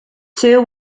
two